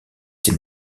ses